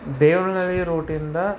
Devanahalli ರೂಟಿಂದ